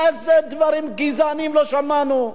איזה דברים גזעניים לא שמענו?